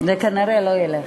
זה כנראה לא ילך.